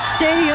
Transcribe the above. Stay